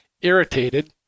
irritated